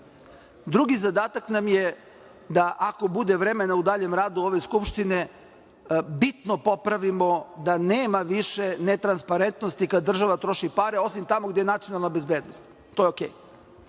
zadatak nam je da, ako bude vremena u daljem radu ove Skupštine, bitno popravimo da nema više ne transparentnosti kada država troši pare, osim tamo gde je nacionalna bezbednost. To je okej.